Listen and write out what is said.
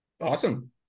Awesome